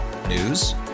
News